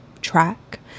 track